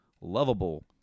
lovable